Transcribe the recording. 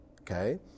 Okay